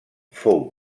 fou